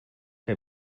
que